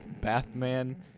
Bathman